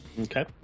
Okay